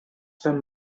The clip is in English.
them